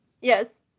Yes